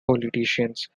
politicians